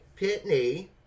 Pitney